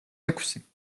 ექვსი